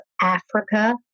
Africa